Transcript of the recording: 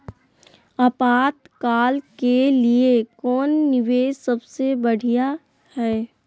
आपातकाल के लिए कौन निवेस सबसे बढ़िया है?